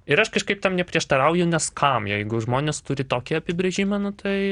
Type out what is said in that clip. ir aš kažkaip tam neprieštarauju nes kam jeigu žmonės turi tokį apibrėžimą nu tai